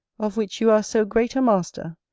of which you are so great a master,